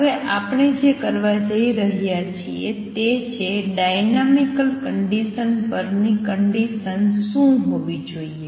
હવે આપણે જે કરવા જઈ રહ્યા છીએ તે છે ડાઈનામિકલ કંડિસન પરની કંડિસન શું હોવી જોઈએ